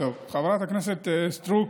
חברת הכנסת סטרוק,